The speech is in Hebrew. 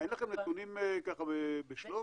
מה, אין לכם נתונים ככה בשלוף?